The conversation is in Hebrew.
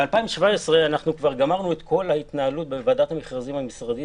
ב-2017 אנחנו כבר גמרנו את כל ההתנהלות בוועדת מכרזים המשרדית.